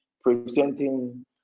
presenting